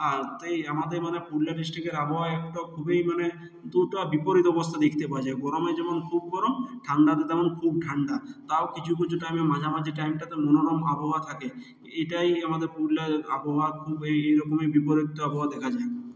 আর তাই আমাদের মানে পুরুলিয়া ডিস্ট্রিকের আবহাওয়া একটা খুবই মানে দুটো বিপরীত অবস্থা দেখতে পাওয়া যায় গরমে যেমন খুব গরম ঠান্ডাতে তেমন খুব ঠান্ডা তাও কিছু কিছু টাইমে মাঝামাঝি টাইমটাতে মনোরম আবহাওয়া থাকে এটাই আমাদের পুরুলিয়ার আবহাওয়া খুব এই রকমই বিপরীতও আবহাওয়া দেখা যায়